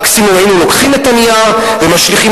מקסימום היינו לוקחים את הנייר ומשליכים